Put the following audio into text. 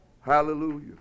Hallelujah